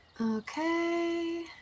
Okay